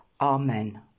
Amen